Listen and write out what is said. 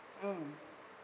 mm